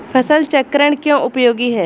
फसल चक्रण क्यों उपयोगी है?